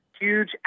huge